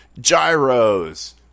gyros